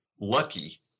lucky